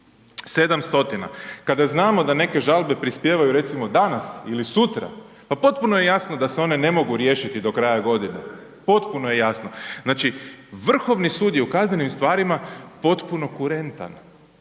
Kada znamo da neke žalbe prispijevaju recimo danas ili sutra pa potpuno je jasno da se one ne mogu riješiti do kraja godine, potpuno je jasno. Znači Vrhovni sud je u kaznenim stvarima potpuno kurentan